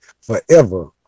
forever